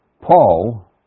Paul